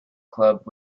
club